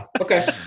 Okay